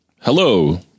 hello